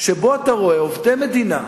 שבו אתה רואה עובדי מדינה,